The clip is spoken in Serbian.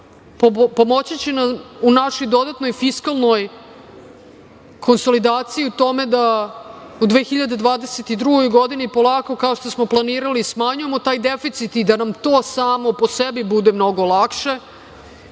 pomoći će nam u našoj dodatnoj fiskalnoj konsolidaciji u tome da u 2022. godini polako, kao što smo planirali, smanjujemo taj deficit i da nam to samo po sebi bude mnogo lakše